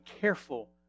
careful